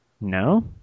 No